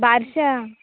बारशा